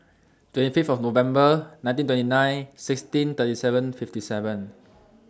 twenty Fifth of November nineteen twenty nine sixteen thirty seven fifty seven